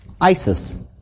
Isis